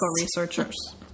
researchers